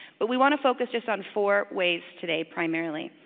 but we wanna focus just on four ways today primarily.